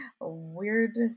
Weird